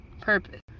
purpose